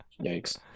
yikes